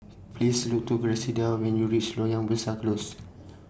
Please Look to Griselda when YOU REACH Loyang Besar Close